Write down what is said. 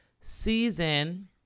season